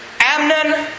Amnon